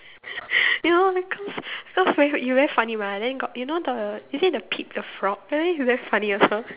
no because cause very you very funny mah then got you know the is it the Pepe the frog then you very funny also